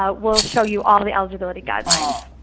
ah will show you all of the eligibility guidelines.